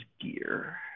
gear